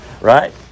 Right